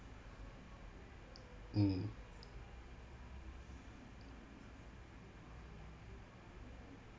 mm